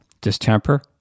Distemper